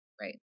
right